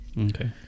Okay